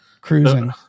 cruising